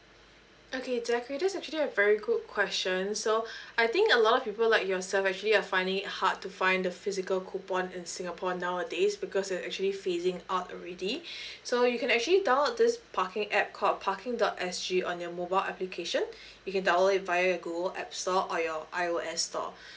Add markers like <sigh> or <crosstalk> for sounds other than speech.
okay zachary that's actually a very good question so <breath> I think a lot of people like yourself actually are finding it hard to find the physical coupon in singapore nowadays because we're actually phasing out already <breath> so you can actually download this parking app called parking dot S G on your mobile application you can download it via your google app store or your I_O_S store <breath>